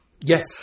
Yes